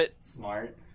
smart